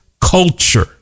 culture